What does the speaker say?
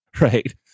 right